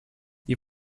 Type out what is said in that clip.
die